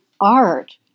art